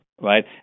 right